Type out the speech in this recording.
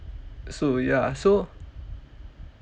so ya so